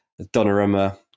Donnarumma